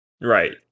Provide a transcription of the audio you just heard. Right